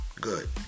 Good